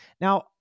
Now